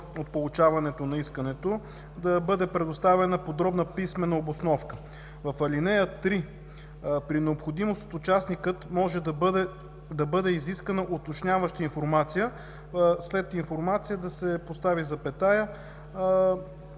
от получаването на искането да бъде предоставена подробна писмена обосновка. В ал. 3: „при необходимост от участника може да бъде изискана уточняваща информация”, след „информация” да се постави запетая